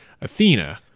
Athena